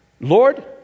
Lord